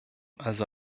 also